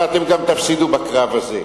ואתם תפסידו גם בקרב הזה.